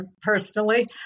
personally